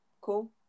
cool